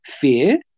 fear